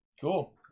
Cool